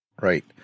Right